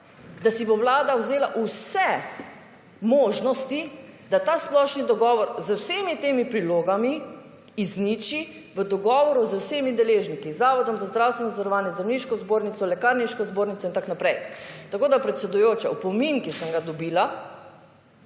da si bo Vlada vse možnosti, da ta splošni dogovor z vsemi temi prilogami izniči v dogovoru z vsemi deležniki, zavodom za zdravstveno zavarovanje, zdravniško zbornico, lekarniško zbornico, itn. Tako, da predsedujoča, opomin ki sem ga dobila,